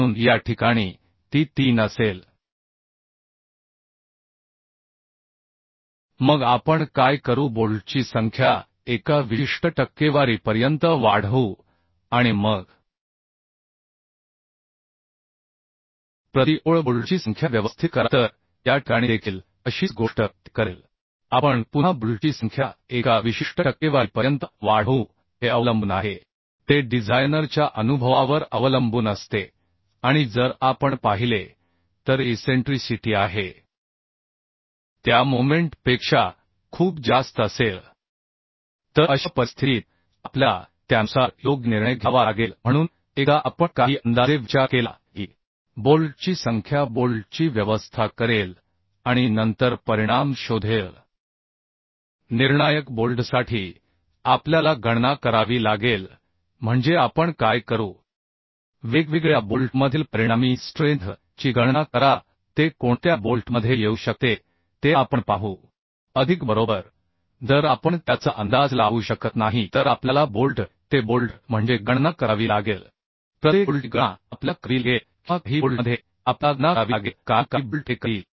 म्हणून या ठिकाणी ती 3 असेल मग आपण काय करू बोल्टची संख्या एका विशिष्ट टक्केवारीपर्यंत वाढवू आणि मग प्रति ओळ बोल्टची संख्या व्यवस्थित करा तर या ठिकाणी देखील अशीच गोष्ट ते करेल आपण पुन्हा बोल्टची संख्या एका विशिष्ट टक्केवारीपर्यंत वाढवू हे अवलंबून आहे ते डिझायनरच्या अनुभवावर अवलंबून असते आणि जर आपण पाहिले तर इसेंट्रीसिटी आहे त्या मोमेंट पेक्षा खूप जास्त असेल तर अशा परिस्थितीत आपल्याला त्यानुसार योग्य निर्णय घ्यावा लागेल म्हणून एकदा आपण काही अंदाजे विचार केला की बोल्टची संख्या बोल्टची व्यवस्था करेल आणि नंतर परिणाम शोधेल निर्णायक बोल्टसाठी आपल्याला गणना करावी लागेल म्हणजे आपण काय करू वेगवेगळ्या बोल्टमधील परिणामी स्ट्रेंथ ची गणना करा ते कोणत्या बोल्टमध्ये येऊ शकते ते आपण पाहू अधिक बरोबर जर आपण त्याचा अंदाज लावू शकत नाही तर आपल्याला बोल्ट ते बोल्ट म्हणजे गणना करावी लागेल प्रत्येक बोल्टची गणना आपल्याला करावी लागेल किंवा काही बोल्टमध्ये आपल्याला गणना करावी लागेल कारण काही बोल्ट हे करतील